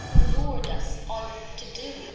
who lured us on to doom.